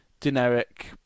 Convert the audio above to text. generic